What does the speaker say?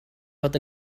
fod